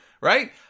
Right